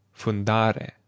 Fundare